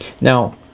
Now